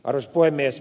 arvoisa puhemies